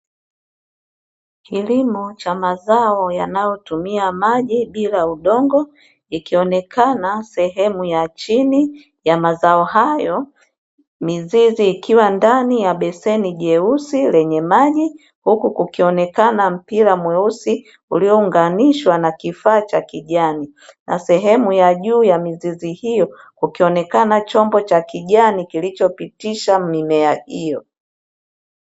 Kilimo cha mazao yanayotumia maji bila udongo, ikionekana sehemu ya chini ya mazao hayo. Mizizi ikiwa ndani ya beseni jeusi lenye maji, huku kukionekana mpira mweusi ulionganishwa na kifaa cha kijani. Na sehemu ya juu ya mizizi hiyo kukionekana chombo cha kijani kilichopitisha mimea hiyo.